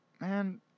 man